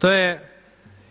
To je